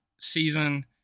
season